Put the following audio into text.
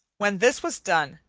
when this was done,